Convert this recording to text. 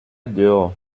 dehors